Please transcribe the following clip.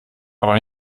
aber